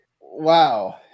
wow